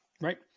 right